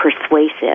persuasive